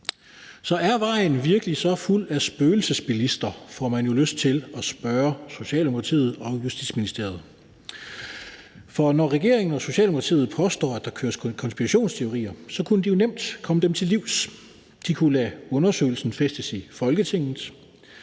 Så er vejen virkelig så fuld af spøgelsesbilister? får man jo lyst til at spørge Socialdemokratiet og Justitsministeriet. For når regeringen og Socialdemokratiet påstår, at der køres konspirationsteorier, kunne de jo nemt komme dem til livs. De kunne lade undersøgelsen være fæstet i Folketinget,